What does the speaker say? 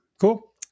cool